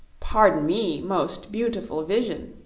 pardon me, most beautiful vision,